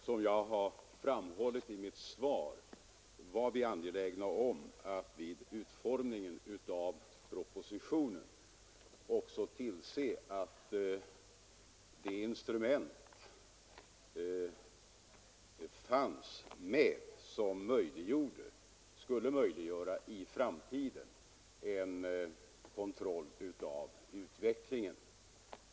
Herr talman! Som jag framhållit i mitt svar var vi angelägna om att vid utformningen av tandvårdspropositionen tillse att de instrument förelåg som i framtiden skulle kunna möjliggöra en kontroll av utvecklingen.